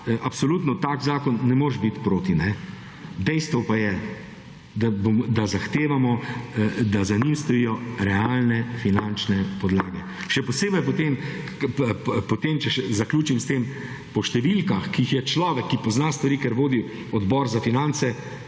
absolutno tak zakon ne moreš biti proti. Dejstvo pa je, da zahtevamo, da za njim stojijo realne finančne podlage, še posebej po tem, če še zaključim s tem, po številkah, ki jih je človek, ki pozna stvari, ker vodi Odbor za finance,